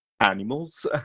Animals